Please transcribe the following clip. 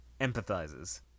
empathizes